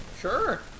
Sure